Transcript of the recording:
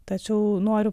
tačiau noriu